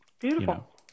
beautiful